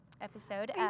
episode